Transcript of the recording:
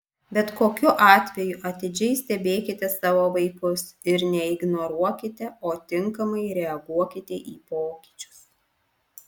bet kokiu atveju atidžiai stebėkite savo vaikus ir neignoruokite o tinkamai reaguokite į pokyčius